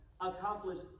accomplished